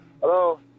hello